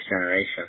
generation